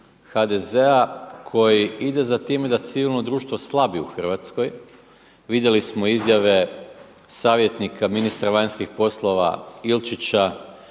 HDZ-a koji ide za time da civilno društvo slabi u Hrvatskoj. Vidjeli smo izjave savjetnika ministra vanjskih poslova Ilčića